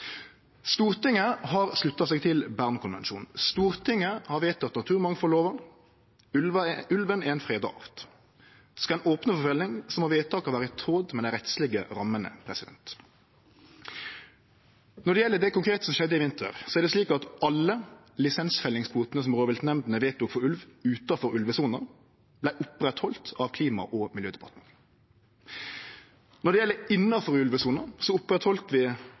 Stortinget har slutta seg til Bernkonvensjonen. Stortinget har vedteke naturmangfaldlova. Ulven er ein freda art. Skal ein opne for felling, må vedtaka vere i tråd med dei rettslege rammene. Når det gjeld det konkrete som skjedde i vinter, er det slik at alle lisensfellingskvotene som rovviltnemndene vedtok for ulv utanfor ulvesona, vart oppretthaldne av Klima- og miljødepartementet. Når det gjeld innanfor ulvesona, så opprettheldt vi